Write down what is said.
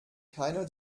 keiner